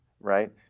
right